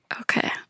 okay